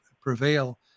prevail